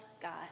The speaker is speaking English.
God